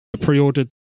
pre-ordered